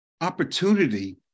opportunity